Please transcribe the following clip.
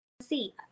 See